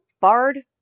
Bard